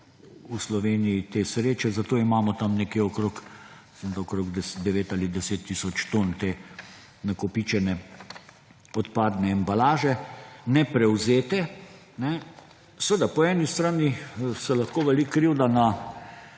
v Sloveniji te sreče, zato imamo tam nekje okrog 9 ali 10 tisoč ton te nakopičene odpadne embalaže neprevzete. Seveda po eni strani se lahko vali krivda na